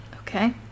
okay